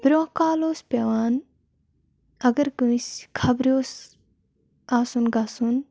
برونٛہہ کال اوُس پٮ۪وان اگر کٲنٛسہِ خبرِ اوس آسُن گژھُن